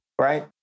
right